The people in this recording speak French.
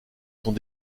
sont